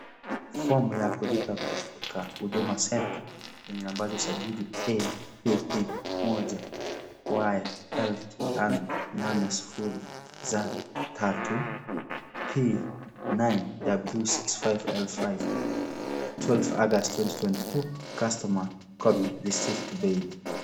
Fomu ya kulipa kutoka Huduma center, yenye nambari ya usajili EPP1-YLTR98Z3 P9W65L5 12 August 2022, customer copy, receipt paid .